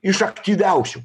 iš aktyviausių